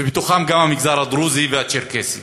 ובתוכם גם המגזר הדרוזי והצ'רקסי.